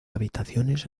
habitaciones